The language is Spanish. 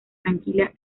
tranquila